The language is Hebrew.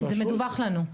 זה מדווח לנו.